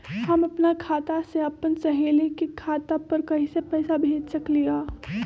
हम अपना खाता से अपन सहेली के खाता पर कइसे पैसा भेज सकली ह?